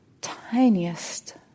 tiniest